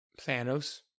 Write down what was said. Thanos